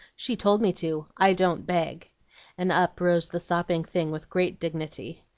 she told me to. i don't beg and up rose the sopping thing with great dignity.